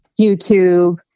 YouTube